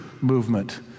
movement